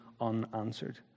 unanswered